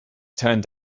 turned